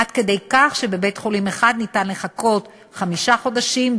עד כדי כך שבבית-חולים אחד אפשר לחכות חמישה חודשים,